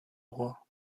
roi